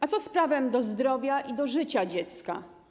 A co z prawem do zdrowia i do życia dziecka?